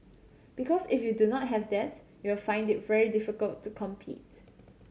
because if you do not have that you'll find it very difficult to compete